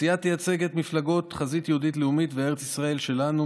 הסיעה תייצג את המפלגות חזית יהודית לאומית וארץ ישראל שלנו,